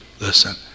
listen